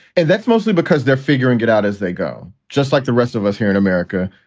and that's mostly because they're figuring it out as they go, just like the rest of us here in america.